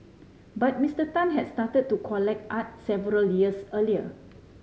but Mister Tan has started to collect art several years earlier